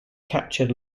captured